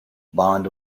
bond